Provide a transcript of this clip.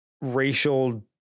racial